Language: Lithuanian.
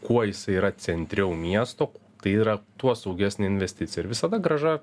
kuo jisai yra centriau miesto tai yra tuo saugesnė investicija ir visada grąža